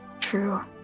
...true